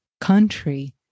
country